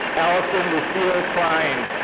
allison lucille klien.